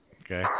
Okay